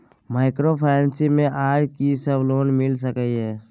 Microfinance मे आर की सब लोन मिल सके ये?